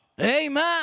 Amen